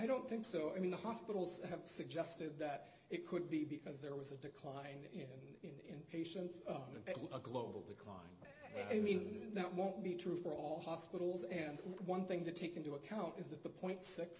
don't think so i mean the hospitals have suggested that it could be because there was a decline in patients a global decline i mean that won't be true for all hospitals and one thing to take into account is that the point six